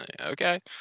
okay